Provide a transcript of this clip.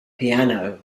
piano